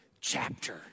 chapter